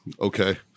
okay